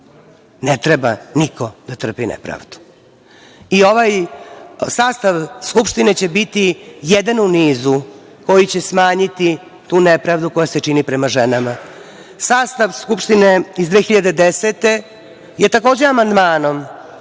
Ne treba niko da trpi nepravdu.I ovaj sastav Skupštine će biti jedan u nizu koji će smanjiti tu nepravdu koja se čini prema ženama. Sastav Skupštine iz 2010. godine je takođe amandmanom